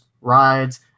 rides